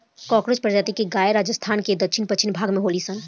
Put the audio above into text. कांकरेज प्रजाति के गाय राजस्थान के दक्षिण पश्चिम भाग में होली सन